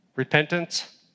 Repentance